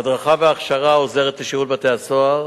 ההדרכה וההכשרה עוזרות לשירות בתי-הסוהר